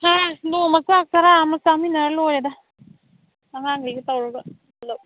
ꯑꯦ ꯅꯣꯡꯃ ꯆꯥꯛ ꯆꯔꯥ ꯑꯃ ꯆꯥꯃꯤꯟꯅꯔ ꯂꯣꯏꯔꯦꯗ ꯑꯉꯥꯡꯒꯩꯒ ꯇꯧꯔꯒ ꯄꯨꯂꯞ